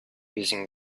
using